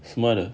smarter